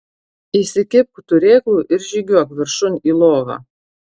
įsikibk turėklų ir žygiuok viršun į lovą